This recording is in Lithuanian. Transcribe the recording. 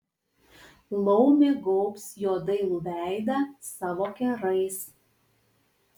laumė gaubs jo dailų veidą savo kerais